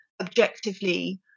objectively